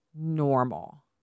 normal